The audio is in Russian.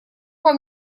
вам